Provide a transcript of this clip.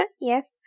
Yes